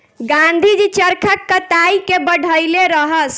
गाँधी जी चरखा कताई के बढ़इले रहस